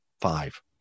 five